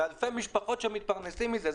אלפי נסיעות שמתפרנסות מזה.